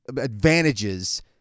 advantages